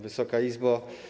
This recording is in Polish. Wysoka Izbo!